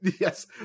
Yes